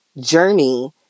journey